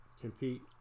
compete